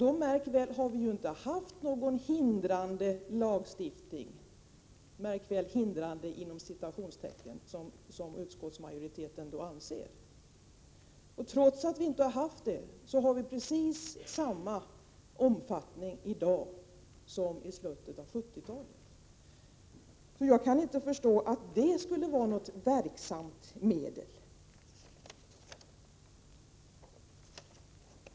— under den tiden inte haft någon ”hindrande” lagstiftning, som utskottsmajoriteten anser att en kriminalisering av prostitutionskontakter skulle innebära. Trots att vi inte har haft det är prostitutionen alltså av precis samma omfattning i dag som i slutet av 1970-talet! Jag kan därför inte förstå att det skulle vara något verksamt medel.